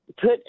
put